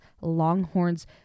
Longhorns